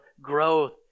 growth